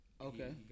Okay